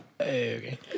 Okay